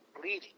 bleeding